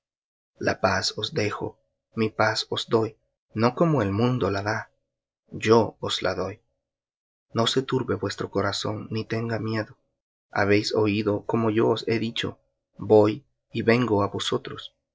la paz os dejo mi paz os doy no como el mundo da yo os doy no se turbe vuestro corazón ni tenga miedo habéis oído cómo yo os he dicho voy y vengo á vosotros